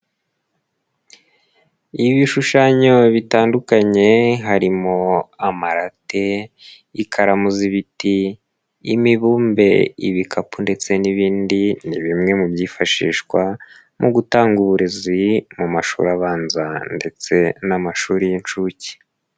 Ibishushanyo bitandukanye harimo amarate, ikaramu z'ibiti, imibumbe, ibikapu ndetse n'ibindi ni bimwe mu byifashishwa mu gutanga uburezi mu mashuri abanza ndetse n'amashuri y'inshuke.